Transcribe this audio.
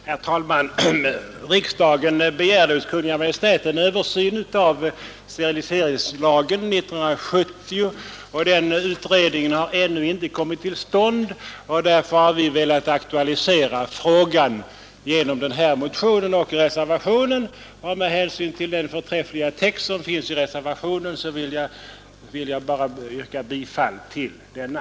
Herr talman! Riksdagen begärde 1970 hos Kungl. Maj:t en översyn av steriliseringslagen. Den utredningen har ännu inte kommit till stånd. Vi har därför aktualiserat frågan genom en motion och genom reservationen till utskottets betänkande. Med hänsyn till den förträffliga texten i reservationen vill jag nu bara yrka bifall till denna.